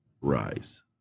Rise